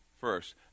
first